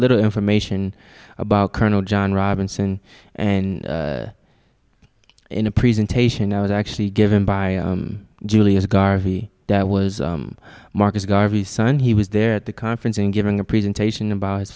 little information about colonel john robinson and in a presentation i was actually given by julius garvey that was marcus garvey sun he was there at the conference in giving a presentation about his